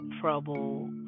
trouble